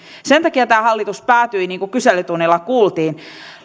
sen takia tämä hallitus päätyi niin kuin kyselytunnilla kuultiin